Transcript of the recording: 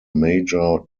major